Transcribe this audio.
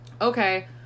Okay